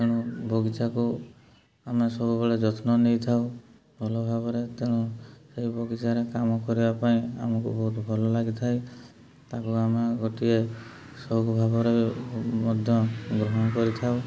ଏଣୁ ବଗିଚାକୁ ଆମେ ସବୁବେଳେ ଯତ୍ନ ନେଇଥାଉ ଭଲ ଭାବରେ ତେଣୁ ସେଇ ବଗିଚାରେ କାମ କରିବା ପାଇଁ ଆମକୁ ବହୁତ ଭଲ ଲାଗିଥାଏ ତା'କୁ ଆମେ ଗୋଟିଏ ସଉକ ଭାବରେ ମଧ୍ୟ ଗ୍ରହଣ କରିଥାଉ